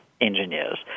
engineers